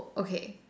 okay